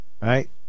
Right